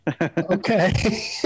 okay